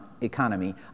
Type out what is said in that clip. economy